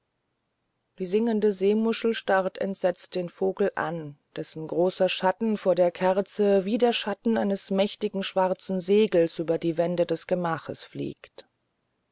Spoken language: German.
die singende seemuschel starrt entsetzt den vogel an dessen großer schatten vor der kerze wie der schatten eines mächtigen schwarzen segels über die wände des gemaches fliegt